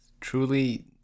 truly